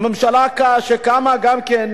הממשלה שקמה מוכנה